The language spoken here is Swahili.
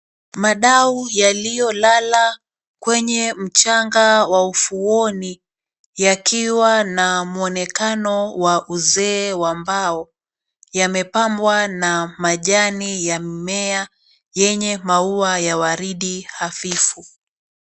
Madau yaliyolala kwenye mchanga wa ufuoni yakiwa na muonekano wa uzee wa mbao yamepambwa na majani ya mmea yenye maua ya waridi hafifu.